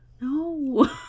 no